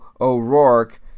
O'Rourke